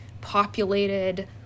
populated